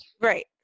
Right